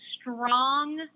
strong